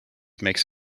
makes